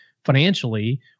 financially